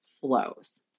flows